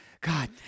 God